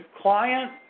client